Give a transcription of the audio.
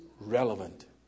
relevant